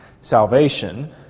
salvation